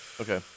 Okay